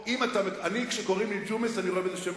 אני אומר את זה פה: כשקוראים לי ג'ומס